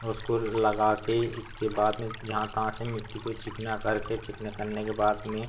और उसको लगा के इसके बाद में जहाँ तहाँ से मिट्टी को चिकना करके चिकना करने के बाद में